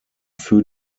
für